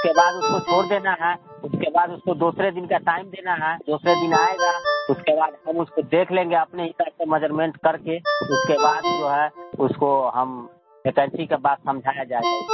उसके बाद उसको छोड़ देना है उसके बाद उसको दूसरे दिन का टाइम देना हैं दूसरे दिन आएगा उसके बाद हम उसको देख लेंगे अपने हिसाब से मजरमेंट करके उसके बाद जो है उसको हम भेकेंसी के बाद समझाया जाएगा